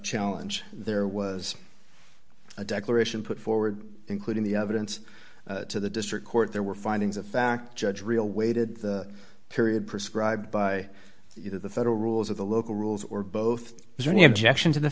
challenge there was a declaration put forward including the evidence to the district court there were findings of fact judge real waited the period prescribed by the federal rules of the local rules or both joining objection to the